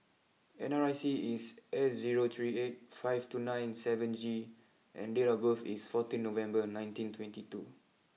N R I C is S zero three eight five two nine seven G and date of birth is fourteen November nineteen twenty two